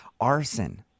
arson